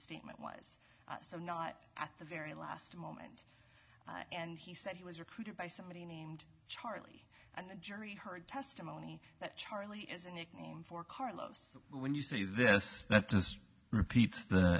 statement was so not at the very last moment and he said he was recruited by somebody named charlie and the jury heard testimony that charlie is a nickname for carlos when you see this that just repeats the